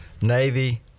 navy